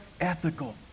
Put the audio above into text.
ethical